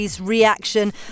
Reaction